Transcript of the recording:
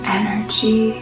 energy